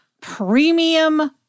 premium